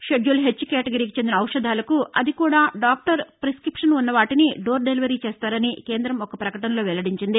schedule H కేటగిరికి చెందిన ఔషధాలకు అది కూడా డాక్టర్ పిస్కిప్షన్ ఉన్న వాటిని డోర్ దెలివరీ చేస్తారని కేంద్రం ఒక ప్రకటనలో వెల్లడించింది